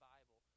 Bible